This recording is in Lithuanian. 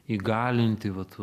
įgalinti vat